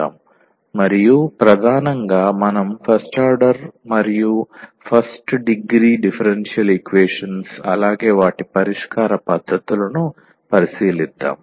ఈ రోజు ఈ ఫస్ట్ ఆర్డర్ డిఫరెన్షియల్ ఈక్వేషన్స్ గురించి చర్చిద్దాం మరియు ప్రధానంగా మనం ఫస్ట్ ఆర్డర్ మరియు ఫస్ట్ డిగ్రీ డిఫరెన్షియల్ ఈక్వేషన్స్ అలాగే వాటి పరిష్కార పద్ధతులను పరిశీలిద్దాం